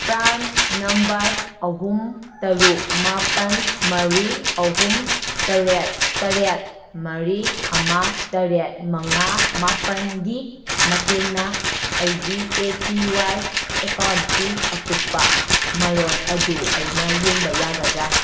PRAN number ꯑꯍꯨꯝ ꯇꯔꯨꯛ ꯃꯥꯄꯜ ꯃꯔꯤ ꯑꯍꯨꯝ ꯇꯔꯦꯠ ꯇꯔꯦꯠ ꯃꯔꯤ ꯑꯃ ꯇꯔꯦꯠ ꯃꯉꯥ ꯃꯥꯄꯜꯒꯤ ꯃꯇꯦꯡꯅ ꯑꯩꯒꯤ ꯑꯦ ꯄꯤ ꯋꯥꯏ ꯑꯦꯀꯥꯎꯟꯒꯤ ꯑꯀꯨꯞꯄ ꯃꯔꯣꯜ ꯑꯗꯨ ꯑꯩꯅ ꯌꯦꯡꯕ ꯌꯥꯒꯗ꯭ꯔ